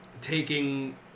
Taking